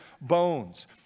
bones